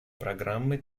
программы